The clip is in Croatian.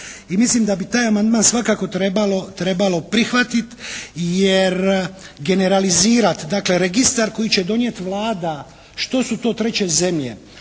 mislim da bi taj amandman svakako trebalo prihvatiti. Jer generalizirati dakle registar koji će donijeti Vlada što su to treće zemlje.